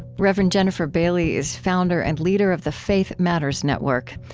rev. and jennifer bailey is founder and leader of the faith matters network.